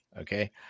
okay